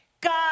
God